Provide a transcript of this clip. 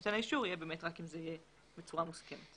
לנותן האישור תהיה רק אם זה יהיה בצורה מוסכמת.